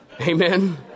Amen